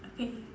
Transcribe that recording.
okay